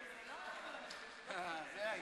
אמרתי.